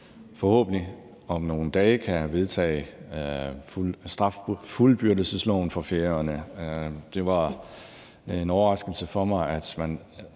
forhåbentlig om nogle dage kan vedtage straffuldbyrdelsesloven for Færøerne. Det var en overraskelse for mig, at man